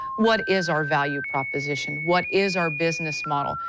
what is our value proposition? what is our business model?